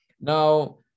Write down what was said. Now